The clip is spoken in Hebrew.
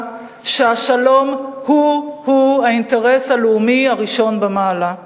שהשלום הוא הוא האינטרס הלאומי הראשון במעלה.